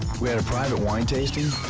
we had a private wine tasting